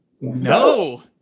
No